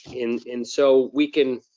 and and so we can,